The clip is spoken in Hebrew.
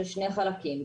לשני חלקים,